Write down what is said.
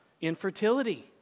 infertility